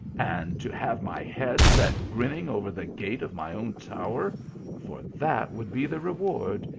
and to have my head set grinning over the gate of my own tower for that would be the rewird,